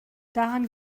daran